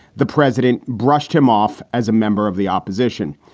the president brushed him off as a member of the opposition.